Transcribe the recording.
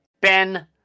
Ben